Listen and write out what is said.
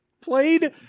played